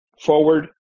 forward